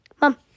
mom